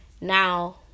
now